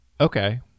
Okay